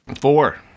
Four